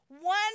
One